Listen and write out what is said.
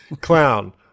Clown